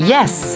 Yes